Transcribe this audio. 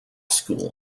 school